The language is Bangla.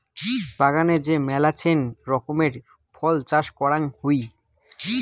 বাগানে যে মেলাছেন রকমের ফল চাষ করাং হই